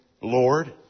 Lord